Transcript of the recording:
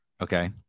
okay